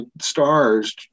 stars